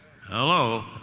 hello